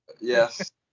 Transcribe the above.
yes